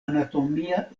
anatomia